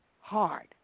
hard